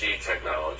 technology